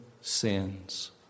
sins